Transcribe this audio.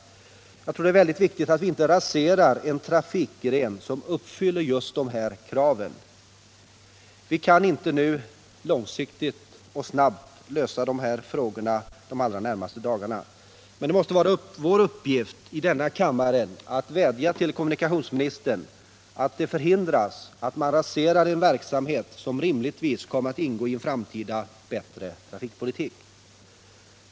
Jag tror 45 det är väldigt viktigt att vi inte raserar en trafikgren som uppfyller just de här kraven. Vi kan inte långsiktigt lösa frågan de närmaste dagarna. Men det måste vara vår uppgift att vädja till kommunikationsministern att förhindra att man raserar en verksamhet som rimligtvis kommer att ingå i en framtida, bättre trafikpolitik.